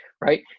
Right